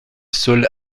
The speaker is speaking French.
seul